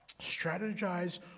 Strategize